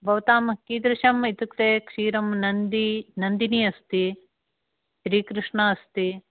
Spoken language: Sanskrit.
भवतां कीदृशम् इत्युक्ते क्षीरं नन्दिनी नन्दिनी अस्ति श्रीकृष्ण अस्ति